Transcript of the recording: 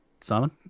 Simon